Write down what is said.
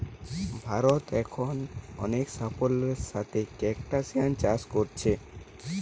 ভারত এখন অনেক সাফল্যের সাথে ক্রস্টাসিআন চাষ কোরছে